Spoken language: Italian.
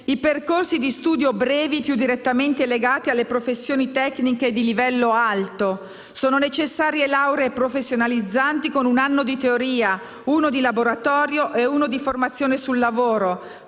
i percorsi di studio brevi più direttamente legati alle professioni tecniche di livello alto. Sono necessarie lauree professionalizzanti con un anno di teoria, uno di laboratorio e uno di formazione sul lavoro;